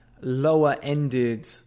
lower-ended